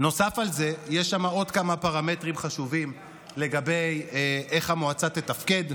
נוסף על זה יש שם עוד כמה פרמטרים חשובים לגבי איך המועצה תתפקד,